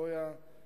סויה,